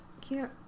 cute